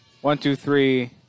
one-two-three